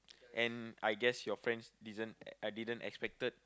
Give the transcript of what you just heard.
and I guess your friends didn't uh didn't expected